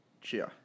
Cheers